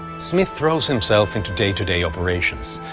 smith throws himself into day-to-day operations,